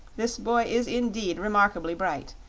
this boy is indeed remarkably bright.